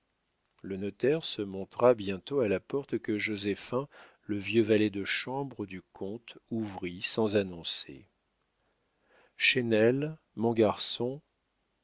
le notaire se montra bientôt à la porte que joséphin le vieux valet de chambre du comte ouvrit sans annoncer chesnel mon garçon